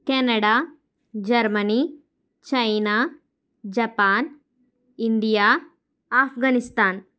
Canada Germany China Japan India Afghanistan